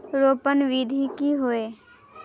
रोपण विधि की होय?